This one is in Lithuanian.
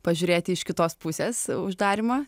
pažiūrėti iš kitos pusės uždarymą